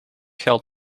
geld